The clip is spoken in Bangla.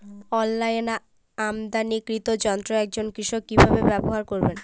অনলাইনে আমদানীকৃত যন্ত্র একজন কৃষক কিভাবে ব্যবহার করবেন?